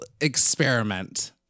experiment